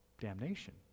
damnation